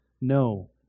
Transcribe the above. no